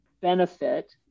benefit